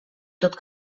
tot